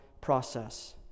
process